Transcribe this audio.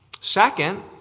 Second